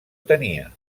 tenia